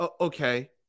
okay